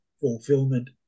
fulfillment